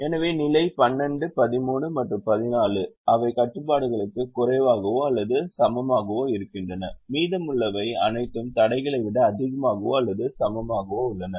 எனவே நிலை 12 13 மற்றும் 14 அவை கட்டுப்பாடுகளுக்கு குறைவாகவோ அல்லது சமமாகவோ இருக்கின்றன மீதமுள்ளவை அனைத்தும் தடைகளை விட அதிகமாகவோ அல்லது சமமாகவோ உள்ளன